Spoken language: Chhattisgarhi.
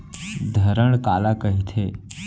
धरण काला कहिथे?